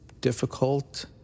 difficult